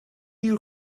you